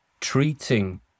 treating